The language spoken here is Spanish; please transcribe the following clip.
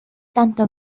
tanto